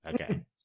okay